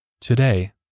today